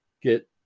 get